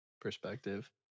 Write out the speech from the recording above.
perspective